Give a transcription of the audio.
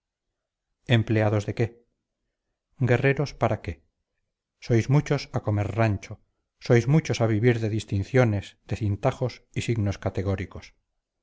empleados de qué guerreros para qué sois muchos a comer rancho sois muchos a vivir de distinciones de cintajos y signos categóricos